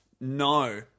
no